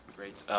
great,